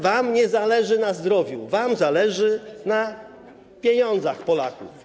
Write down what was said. Wam nie zależy na zdrowiu, wam zależy na pieniądzach Polaków.